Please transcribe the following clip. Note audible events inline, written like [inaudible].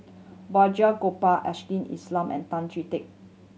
Balraj Gopal Ashley [unintelligible] and Tan Chee Teck